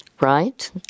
right